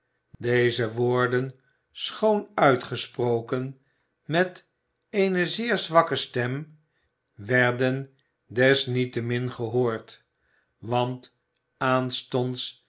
deze woorden schoon uitgesproken met eene zeer zwakke stem werden desniettemin gehoord want